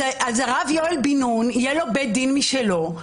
אז לרב יואל בן-נון יהיה בית דין משלו,